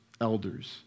elders